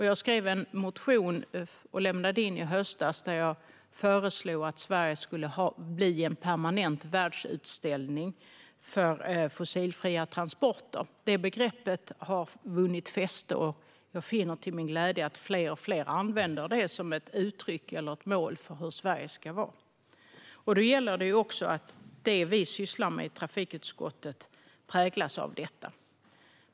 Jag skrev en motion som jag lämnade in i höstas och där jag föreslog att Sverige skulle bli en permanent världsutställning för fossilfria transporter. Detta begrepp har vunnit fäste, och jag finner till min glädje att fler och fler använder det som ett uttryck eller ett mål för hur Sverige ska vara. Då gäller det att det som vi sysslar med i trafikutskottet präglas av detta.